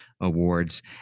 awards